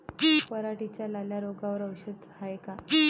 पराटीच्या लाल्या रोगावर औषध हाये का?